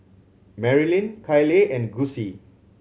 Marilyn Kyleigh and Gussie